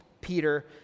Peter